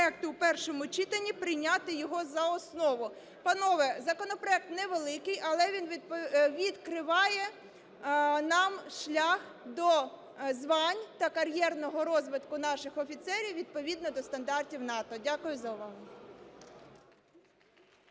в першому читанні прийняти його за основу. Панове, законопроект невеликий, але він відкриває нам шлях до звань та кар'єрного розвитку наших офіцерів відповідно до стандартів НАТО. Дякую за увагу.